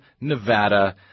Nevada